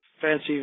fancy